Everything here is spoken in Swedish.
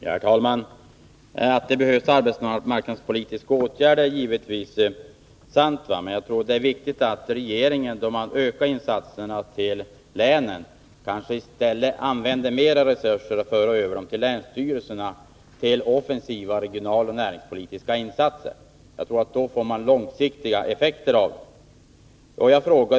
Herr talman! Att det behövs arbetsmarknadspolitiska åtgärder är givetvis sant. Men jag tror att det är viktigt att regeringen, då den ökar insatserna till länen, för över mer resurser till länsstyrelserna, som kan använda dem som offensiva regionaloch näringspolitiska insatser. Jag tror att man då får långsiktiga effekter av insatserna.